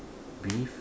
beef